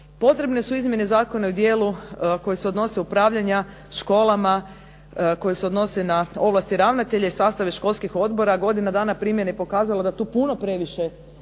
Potrebne su izmjene zakona i u dijelu koji se odnose upravljanja školama koje se odnose na ovlasti ravnatelja i sastave školskih odbora. Godina dana primjene je pokazala da tu puno previše